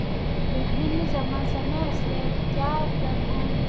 विभिन्न जमा समय स्लैब क्या उपलब्ध हैं?